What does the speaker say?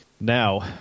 Now